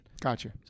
Gotcha